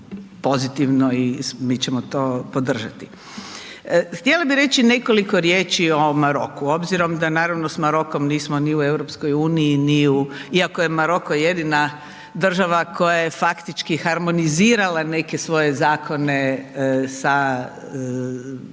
i mi ćemo to podržati. Htjela bih reći nekoliko riječi o Maroku obzirom da, naravno, s Marokom nismo ni u EU, ni u, iako je Maroko jedina država koje je faktički harmonizirala neke svoje zakone sa direktivama